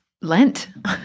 Lent